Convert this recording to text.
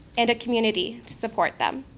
and a community to support them.